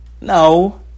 no